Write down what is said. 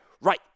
Right